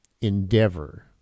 endeavor